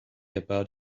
about